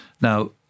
Now